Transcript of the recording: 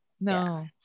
No